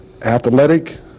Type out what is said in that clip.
athletic